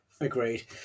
Agreed